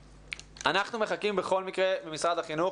אנחנו מחכים בכל מקרה ממשרד החינוך,